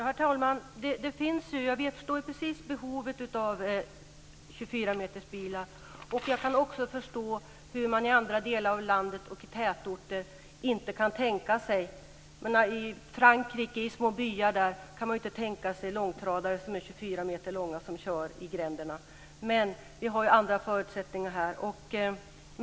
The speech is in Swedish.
Herr talman! Jag förstår precis behovet av 24 metersbilar. Jag kan också förstå hur man i andra delar av landet och i tätorter inte kan tänka sig sådana. I små byar i Frankrike kan man inte tänka sig 24 meter långa långtradare som kör i gränderna. Men vi har andra förutsättningar här.